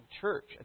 church